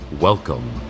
Welcome